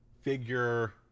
figure